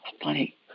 funny